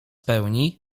pełni